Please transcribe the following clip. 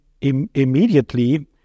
immediately